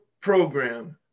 program